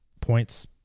points